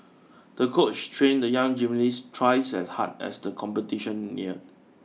the coach trained the young gymnast twice as hard as the competition neared